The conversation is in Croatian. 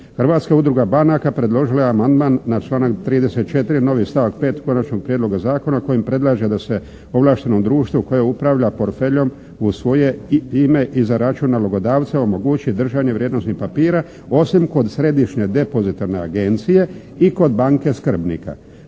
Hrvatska udruga banaka predložila je amandman na članak 34., novi stavak 5. Konačnog prijedloga zakona kojim predlaže da se ovlašteno društvo koje upravlja portfeljom u svoje i ime i za račun nalogodavca omogući držanje vrijednosnih papira osim kod središnje depozitarne agencije i kod banke skrbnika.